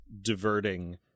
diverting